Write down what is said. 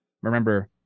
remember